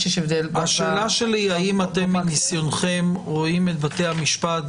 רואים מניסיונכם רואים את בתי המשפט,